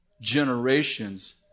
generations